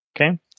Okay